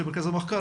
של מרכז המחקר,